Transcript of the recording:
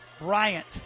Bryant